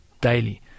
Daily